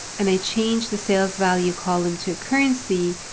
and i change the sales value column to currency,